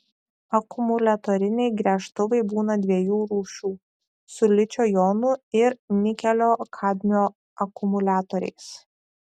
akumuliatoriniai gręžtuvai būna dviejų rūšių su ličio jonų ir nikelio kadmio akumuliatoriais